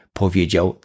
powiedział